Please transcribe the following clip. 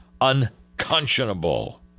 unconscionable